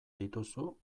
dituzu